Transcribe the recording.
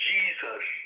Jesus